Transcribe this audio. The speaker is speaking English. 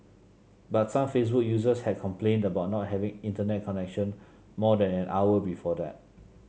but some Facebook users had complained about not having Internet connection more than an hour before that